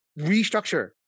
restructure